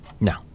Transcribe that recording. No